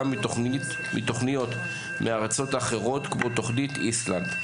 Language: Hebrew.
מתוכניות מהארצות האחרות כמו תוכנית איסלנד.